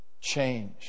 Change